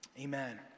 Amen